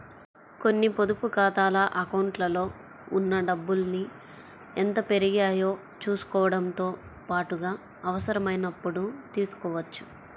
కొన్ని పొదుపు ఖాతాల అకౌంట్లలో ఉన్న డబ్బుల్ని ఎంత పెరిగాయో చూసుకోవడంతో పాటుగా అవసరమైనప్పుడు తీసుకోవచ్చు